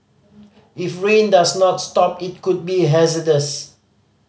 if rain does not stop it could be hazardous